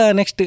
Next